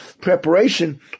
preparation